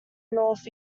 north